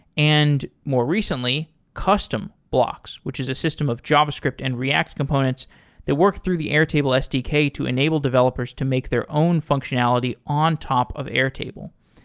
and more recently, custom blocks, which is a system of javascript and react components that work through the airtable sdk to enable developers to make their own functionality on top of airtable.